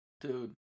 Dude